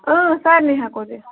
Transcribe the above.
اۭں سارںٕے ہیٚکو دِتھ